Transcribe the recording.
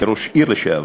כראש עיר לשעבר,